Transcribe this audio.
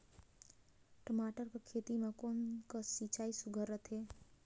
टमाटर कर खेती म कोन कस सिंचाई सुघ्घर रथे?